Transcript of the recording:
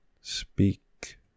Speak